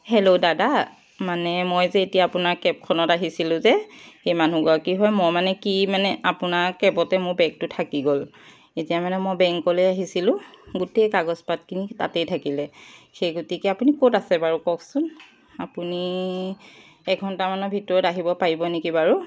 hello দাদা মানে মই যে এতিয়া আপোনাৰ কেবখনত আহিছিলোঁ যে সেই মানুহগৰাকী হয় মই মানে কি মানে আপোনাৰ কেবতে মোৰ বেগটো থাকি গ'ল এতিয়া মানে মই বেংকলৈ আহিছিলোঁ গোটেই কাগজ পাতিখিনি তাতেই থাকিলে সেই গতিকে আপুনি ক'ত আছে বাৰু কওকচোন আপুনি এঘণ্টামানৰ ভিতৰত আহিব পাৰিব নেকি বাৰু